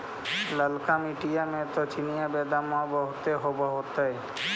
ललका मिट्टी मे तो चिनिआबेदमां बहुते होब होतय?